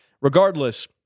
regardless